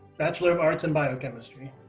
bachelor of arts in biochemistry.